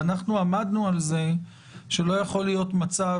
אנחנו עמדנו על זה שלא יכול להיות מצב